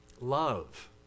love